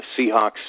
Seahawks